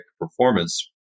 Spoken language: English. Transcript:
performance